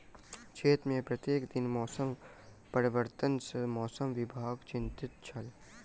क्षेत्र में प्रत्येक दिन मौसम परिवर्तन सॅ मौसम विभाग चिंतित छल